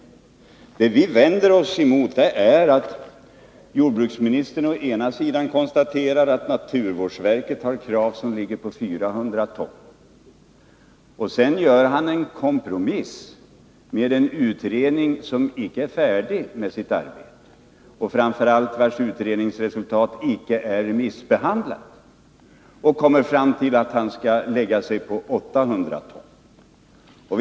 Det vi vänder oss emot är att jordbruksministern å ena sidan konstaterar att naturvårdsverkets krav ligger på 400 ton, å andra sidan gör han en kompromiss med materialet från en utredning som icke är färdig med sitt arbete, och framför allt vars resultat icke är remissbehandlade, och kommer fram till att kravet skall ligga på 800 ton.